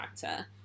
character